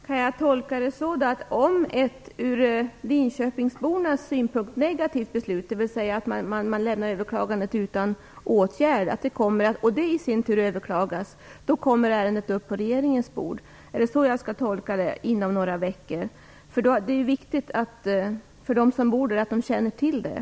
Herr talman! Kan jag tolka svaret så att om ett för linköpingsborna negativt beslut fattas, dvs. överklagandet lämnas utan åtgärd och det i sin tur överklagas, kommer ärendet upp på regeringens bord? Är det så jag skall tolka uttrycket inom några veckor? Det är viktigt för dem som bor där att veta.